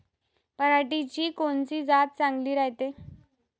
पऱ्हाटीची कोनची जात चांगली रायते?